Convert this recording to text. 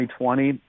2020